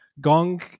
gong